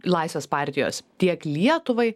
laisvės partijos tiek lietuvai